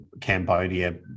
Cambodia